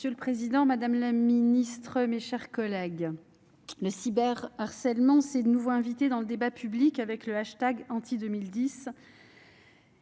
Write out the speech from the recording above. Monsieur le président, madame la secrétaire d'État, mes chers collègues, le cyberharcèlement s'est de nouveau invité dans le débat public avec le hashtag #Anti2010.